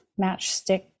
matchstick